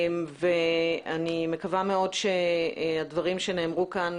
ואני מקווה שמאוד שהדברים שנאמרו כאן,